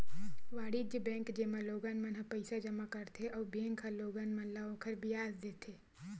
वाणिज्य बेंक, जेमा लोगन मन ह पईसा जमा करथे अउ बेंक ह लोगन मन ल ओखर बियाज देथे